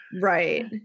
Right